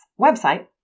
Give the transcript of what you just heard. website